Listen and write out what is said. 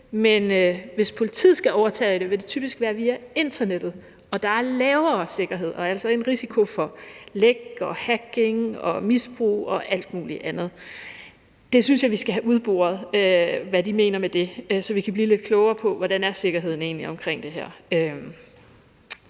Men hvis politiet skal overtage det, vil det typisk være via internettet, og der er lavere sikkerhed og altså en risiko for læk og hacking og misbrug og alt muligt andet. Det synes jeg vi skal have udboret hvad de mener med, så vi kan blive lidt klogere på, hvordan sikkerheden egentlig er omkring det her.